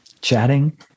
chatting